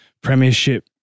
premiership